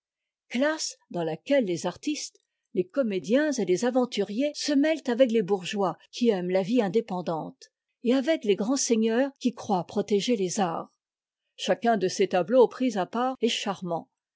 classe dans laquelle les artistes les comédiens et les aventuriers se mêlent avec les bourgeois qui aiment la vie indépendante et avec les grands seigneurs qui croient protéger les arts chacun de ces tableaux pris à part est charmant